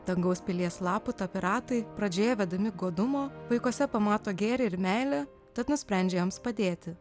dangaus pilies laputa piratai pradžioje vedami godumo vaikuose pamato gėrį ir meilę tad nusprendžia joms padėti